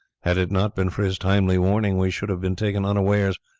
had it not been for his timely warning we should have been taken unawares,